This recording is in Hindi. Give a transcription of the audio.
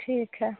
ठीक है